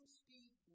speak